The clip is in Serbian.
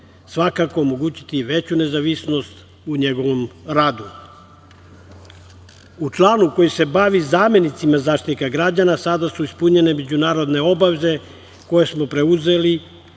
svakako omogućiti veću nezavisnost u njegovom radu.U članu koji se bavi zamenicima Zaštitnika građana sada su ispunjene međunarodne obaveze koje smo preuzeli,